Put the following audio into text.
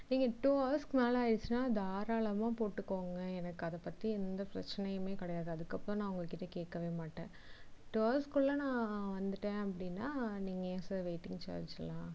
நீங்கள் டூ ஹவர்சுக்கு மேல் ஆயிடுத்துன்னா தாராளமாக போட்டுக்கோங்க எனக்கு அதை பற்றி எந்த பிரச்சனையுமே கிடையாது அதுக்கு அப்றம் நான் அவங்ககிட்ட கேட்கவே மாட்டேன் டூ ஹவர்சுக்குள்ள நான் வந்துட்டேன் அப்படினா நீங்கள் ஏன் சார் வெயிட்டிங் சார்ஜெலாம்